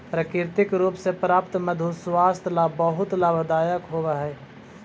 प्राकृतिक रूप से प्राप्त मधु स्वास्थ्य ला बहुत लाभदायक होवअ हई